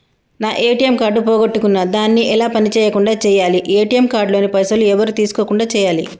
నా ATM card పోగొట్టుకున్నా దాన్ని ఎలా పని చేయకుండా చేయాలి ఏ.టి.ఎమ్ కార్డు లోని పైసలు ఎవరు తీసుకోకుండా చేయాలి?